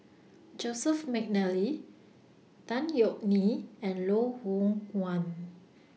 Joseph Mcnally Tan Yeok Nee and Loh Hoong Kwan